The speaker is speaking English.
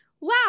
wow